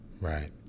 Right